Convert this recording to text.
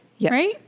right